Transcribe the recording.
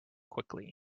quickly